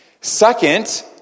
Second